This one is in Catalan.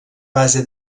base